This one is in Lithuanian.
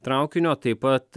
traukinio taip pat